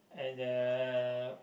at the